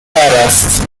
است